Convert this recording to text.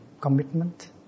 commitment